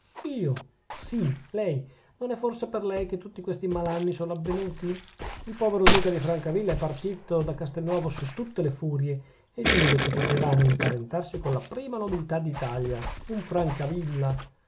io sì lei non è forse per lei che tutti questi malanni sono avvenuti il povero duca di francavilla è partito da castelnuovo su tutte le furie e dire che potevano imparentarsi con la prima nobiltà d'italia un francavilla